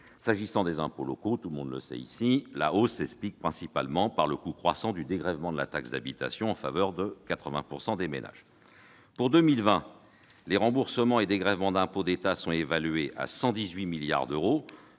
hausse des impôts locaux s'explique principalement par le coût croissant du dégrèvement de la taxe d'habitation en faveur de 80 % des ménages. Pour 2020, les remboursements et dégrèvements d'impôts d'État sont évalués à 118 milliards d'euros,